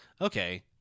okay